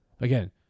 Again